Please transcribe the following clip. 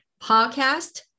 podcast